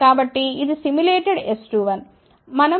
కాబట్టి ఇది simulated S21